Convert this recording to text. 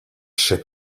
ship